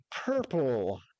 purple